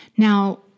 Now